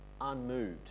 unmoved